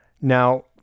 Now